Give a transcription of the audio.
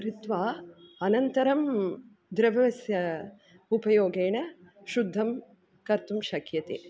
कृत्वा अनन्तरं द्रवस्य उपयोगेन शुद्धं कर्तुं शक्यते